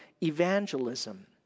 evangelism